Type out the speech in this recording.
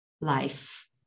life